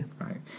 Right